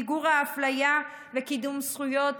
למיגור האפליה ולקידום זכויות.